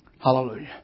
Hallelujah